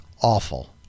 awful